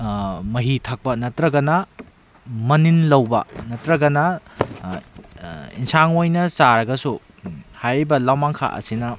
ꯃꯍꯤ ꯊꯛꯄꯥ ꯅꯠꯇ꯭ꯔꯒꯅ ꯃꯅꯤꯟ ꯂꯧꯕ ꯅꯠꯇ꯭ꯔꯒꯅ ꯏꯟꯁꯥꯡ ꯑꯣꯏꯅ ꯆꯥꯔꯒꯁꯨ ꯍꯥꯏꯔꯤꯕ ꯂꯧꯃꯥꯡꯈꯥ ꯑꯁꯤꯅ